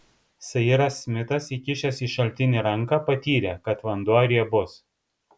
sairas smitas įkišęs į šaltinį ranką patyrė kad vanduo riebus